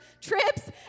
trips